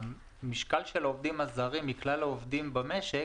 המשקל של העובדים הזרים מכלל העובדים במשק